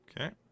Okay